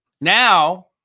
Now